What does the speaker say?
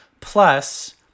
plus